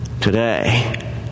Today